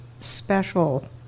special